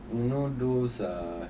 you know those ah